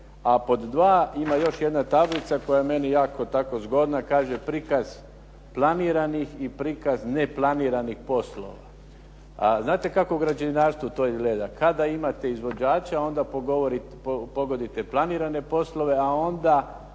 A pod dva ima još jedna tablica koja je meni jako tako zgodna, kaže prikaz planiranih i prikaz neplaniranih poslova. A znate kako u građevinarstvu to izgleda? Kada imate izvođača onda pogodite planirane poslove, a onda